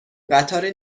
قطار